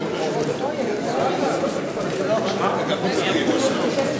ההצעה להעביר את הצעת חוק לתיקון פקודת התעבורה (חובת